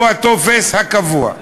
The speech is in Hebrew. שהוא הטופס הקבוע.